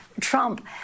Trump